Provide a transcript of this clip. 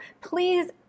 please